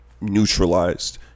neutralized